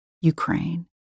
Ukraine